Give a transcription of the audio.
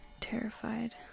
terrified